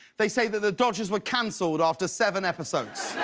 they say that the dodgers were cancelled after seven episodes.